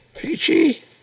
Peachy